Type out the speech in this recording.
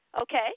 okay